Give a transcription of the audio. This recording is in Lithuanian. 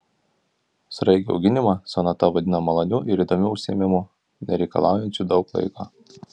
sraigių auginimą sonata vadina maloniu ir įdomiu užsiėmimu nereikalaujančiu daug laiko